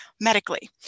medically